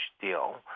deal